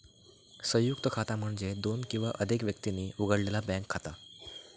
संयुक्त खाता म्हणजे दोन किंवा अधिक व्यक्तींनी उघडलेला बँक खाता